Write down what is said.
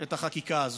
את החקיקה הזאת,